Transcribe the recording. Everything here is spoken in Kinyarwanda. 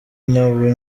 nabo